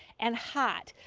and hot.